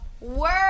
word